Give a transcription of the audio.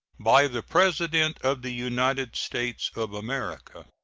by the president of the united states of america.